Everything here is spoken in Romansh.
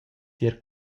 tier